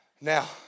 Now